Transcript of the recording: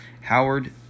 Howard